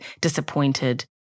disappointed